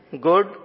good